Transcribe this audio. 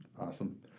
Awesome